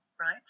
right